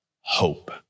hope